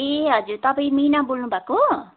ए हजुर तपाईँ मिना बोल्नुभएको